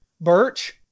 Birch